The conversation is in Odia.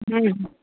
ହୁଁ